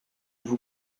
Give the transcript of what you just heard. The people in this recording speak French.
vous